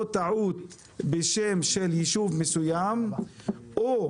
טעות בשם של ישוב מסוים או